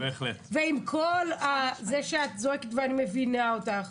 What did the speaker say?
ועם כל זה שאת זועקת ואני מבינה אותך